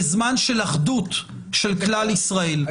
וזמן של אחדות של כלל ישראל.